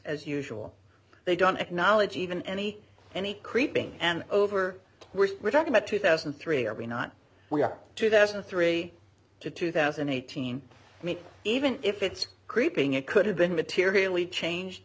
as usual they don't acknowledge even any any creeping and over we're talking about two thousand and three are we not we are two thousand and three to two thousand and eighteen me even if it's creeping it could have been materially changed